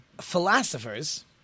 Philosophers